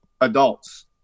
adults